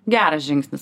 geras žingsnis